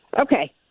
Okay